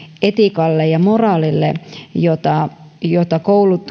etiikalle ja moraalille jota jota